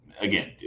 Again